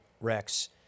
Rex